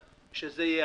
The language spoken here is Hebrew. יתממש.